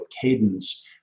cadence